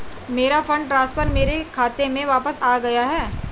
मेरा fund transfer मेरे खाते में वापस आ गया है